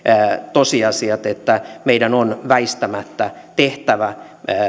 tosiasiat että meidän on väistämättä tehtävä